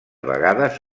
vegades